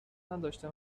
نداشته